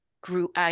grew